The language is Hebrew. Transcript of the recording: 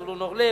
זבולון אורלב,